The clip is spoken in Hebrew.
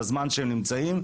בזמן שהם נמצאים,